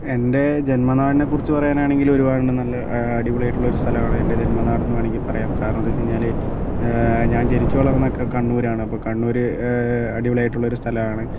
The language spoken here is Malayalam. എൻ്റെ ജന്മനാടിനെ കുറിച്ച് പറയാനാണെങ്കിൽ ഒരുപാട് ഉണ്ട് നല്ല അടിപൊളി ആയിട്ടുള്ള ഒരു സ്ഥലമാണ് എൻ്റെ ജന്മനാട് എന്ന് വേണമെങ്കിൽ പറയാം കാരണം എന്തെന്നു വെച്ചാൽ ഞാൻ ജനിച്ചു വളർന്നതൊക്കെ കണ്ണൂർ ആണ് അപ്പോൾ കണ്ണൂർ അടിപൊളി ആയിട്ടുള്ള ഒരു സ്ഥലമാണ്